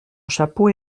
chapeau